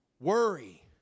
worry